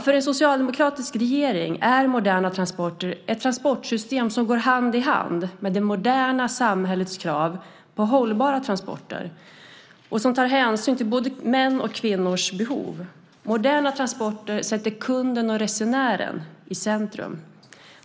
För en socialdemokratisk regering är moderna transporter ett transportsystem som går hand i hand med det moderna samhällets krav på hållbara transporter som tar hänsyn till både mäns och kvinnors behov. Moderna transporter sätter kunden och resenären i centrum.